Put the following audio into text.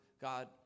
God